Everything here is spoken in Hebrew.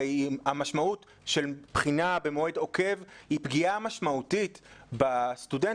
הרי המשמעות של בחינה במועד עוקב היא פגיעה משמעותית בסטודנט,